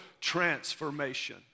transformation